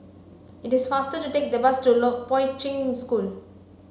it is faster to take the bus to Long Poi Ching School